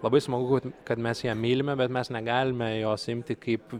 labai smagu kad kad mes ją mylime bet mes negalime jos imti kaip